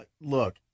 Look